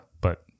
but-